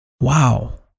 Wow